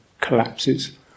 collapses